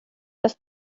das